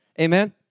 Amen